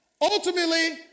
Ultimately